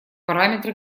параметры